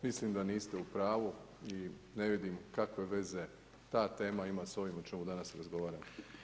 Mislim da niste u pravu i ne vidim kakve veze ta tema ima sa ovim o čemu danas razgovaramo.